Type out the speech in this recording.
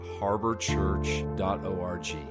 harborchurch.org